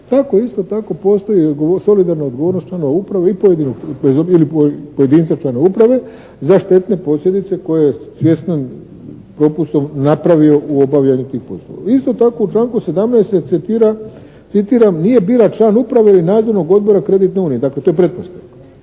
tako isto tako postoji solidarna odgovornost članova uprave ili pojedinca člana uprave za štetne posljedice koje je svjesno propustom napravio u obavljaju tih poslova. Isto tako, u članku 17. je, citiram, nije bila član uprave ili nadzornog odbora kreditne unije. Dakle, to je pretpostavka.